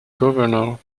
governor